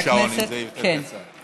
אני לא אפעיל שעון אם זה יהיה הרבה יותר קצר.